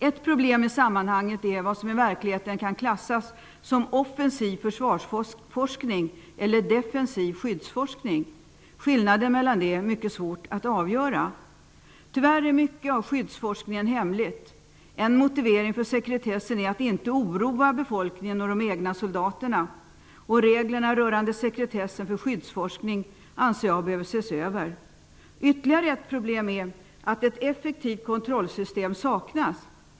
Ett problem i sammanhanget är vad som i verkligheten kan klassas som offensiv försvarsforskning eller defensiv skyddsforskning. Skillnaden mellan det är mycket svår att avgöra. Tyvärr är mycket av skyddsforskningen hemlig. En motivering för sekretessen är att man inte vill oroa befolkningen och de egna soldaterna. Jag anser att reglerna rörande sekretessen för skyddsforskning bör ses över. Ytterligare ett problem är att det saknas ett effektivt kontrollsystem.